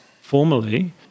formally